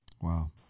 Wow